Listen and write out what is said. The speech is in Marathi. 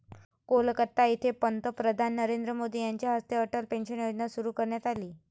कोलकाता येथे पंतप्रधान नरेंद्र मोदी यांच्या हस्ते अटल पेन्शन योजना सुरू करण्यात आली